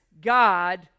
God